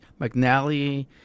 McNally